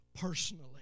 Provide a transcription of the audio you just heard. personally